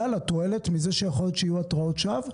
על התועלת מזה שיכול להיות שיהיו התרעות שווא?